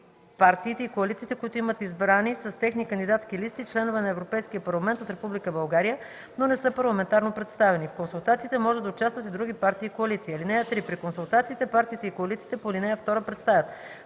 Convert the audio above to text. партиите и коалициите, които имат избрани с техните кандидатски листи членове на Европейския парламент от Република България, но не са парламентарно представени. В консултациите може да участват и други партии и коалиции. (3) При консултациите партиите и коалициите по ал. 2 представят: